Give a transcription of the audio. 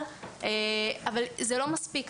אבל, זה לא מספיק.